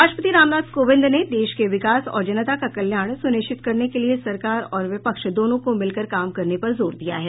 राष्ट्रपति रामनाथ कोविंद ने देश के विकास और जनता का कल्याण सुनिश्चित करने के लिए सरकार और विपक्ष दोनों को मिलकर काम करने पर जोर दिया है